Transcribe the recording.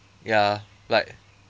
ya like